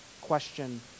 question